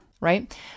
right